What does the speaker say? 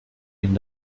ihnen